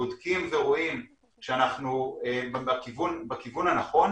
בודקים ורואים שאנחנו בכיוון הנכון,